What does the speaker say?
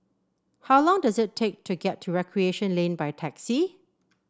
how long does it take to get to Recreation Lane by taxi